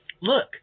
Look